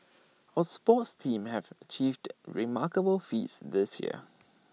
our sports teams have achieved remarkable feats this year